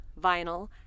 vinyl